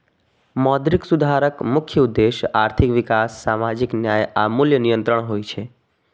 मौद्रिक सुधारक मुख्य उद्देश्य आर्थिक विकास, सामाजिक न्याय आ मूल्य नियंत्रण होइ छै